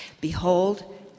Behold